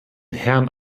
herrn